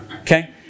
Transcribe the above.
Okay